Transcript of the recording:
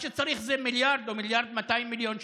מה שצריך זה מיליארד או מיליארד ו-200 מיליון שקל.